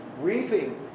reaping